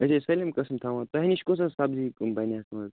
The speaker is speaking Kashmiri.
أسۍ حظ چھِ سٲلِم قسٕم تھاوان تۄہہِ نِش کۄس حظ سبزی کٕم بنہِ اَتھ منٛز